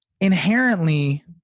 inherently